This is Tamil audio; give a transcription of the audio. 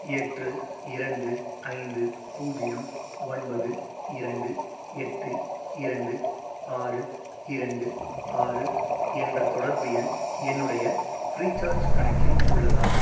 எட்டு இரண்டு ஐந்து பூஜ்ஜியம் ஒன்பது இரண்டு எட்டு இரண்டு ஆறு இரண்டு ஆறு என்ற தொடர்பு எண் என்னுடைய ஃப்ரீச்சார்ஜ் கணக்கில் உள்ளதா